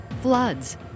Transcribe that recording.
floods